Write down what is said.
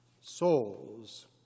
souls